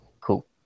Cool